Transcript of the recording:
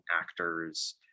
actors